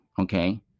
Okay